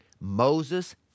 Moses